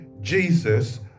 Jesus